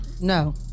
No